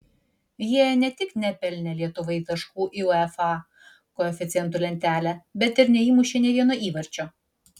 jie ne tik nepelnė lietuvai taškų į uefa koeficientų lentelę bet ir neįmušė nė vieno įvarčio